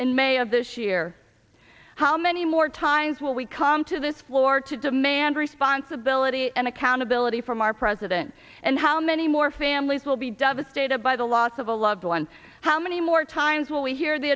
in may of this year how many more times will we come to this floor to demand responsibility and accountability from our president and how many more families will be devastated by the loss of a loved one how many more times will we hear the